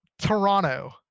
Toronto